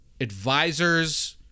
advisors